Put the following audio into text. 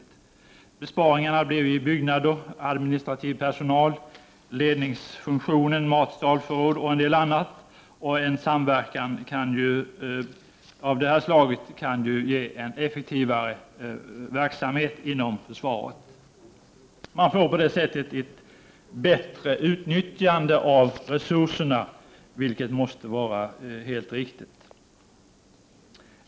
Det blir besparingar i byggnader, administrativ personal, ledningsfunktion, matsal, förråd och en del annat. En samverkan av det här slaget kan ju ge en effektivare verksamhet inom försvaret. Man får på det sättet ett bättre utnyttjande av resurserna, vilket måste vara helt riktigt.